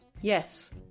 Yes